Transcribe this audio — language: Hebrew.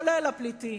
כולל הפליטים,